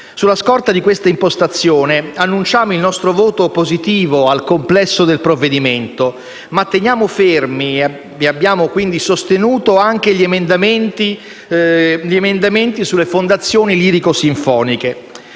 Sulla scorta di questa impostazione annunciamo il nostro voto positivo al complesso del provvedimento, ma teniamo fermi e abbiamo quindi sostenuto gli emendamenti sulle fondazioni lirico-sinfoniche.